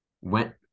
Went